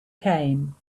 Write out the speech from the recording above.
came